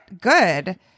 good